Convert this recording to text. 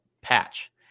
patch